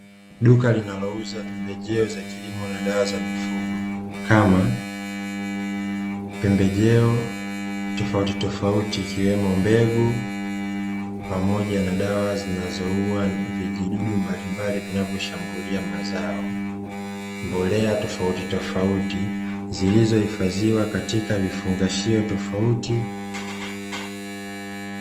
Duka linalouza pembejeo za kilimo na dawa za mifugo, kama pembejeo tofautitofauti, ikiwemo mbegu pamoja na dawa zinazoua vijidudu mbalimbali vinavyoshambulia mazao, mbolea tofautitofauti zilizohifadhiwa katika vifungashio tofauti.